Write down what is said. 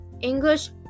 English